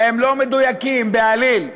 והם לא מדויקים בעליל.